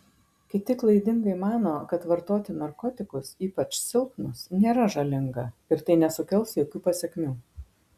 kiti klaidingai mano kad vartoti narkotikus ypač silpnus nėra žalinga ir tai nesukels jokių pasekmių